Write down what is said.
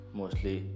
mostly